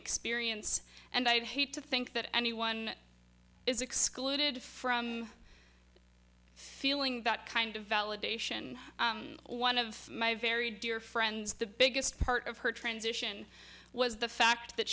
experience and i'd hate to think that anyone is excluded from feeling that kind of validation one of my very dear friends the biggest part of her transition was the fact that